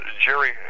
Jerry